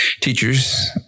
teachers